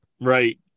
Right